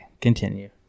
Continue